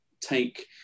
take